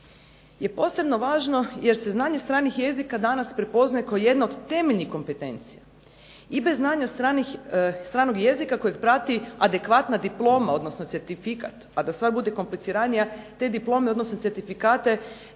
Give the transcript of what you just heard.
je posebno važno jer se znanje stranih jezika danas prepoznaje kao jedno od temeljnih kompetencija. I bez znanja stranog jezika kojeg prati adekvatna diploma odnosno certifikat, a da stvar bude kompliciranija te diplome odnosno certifikate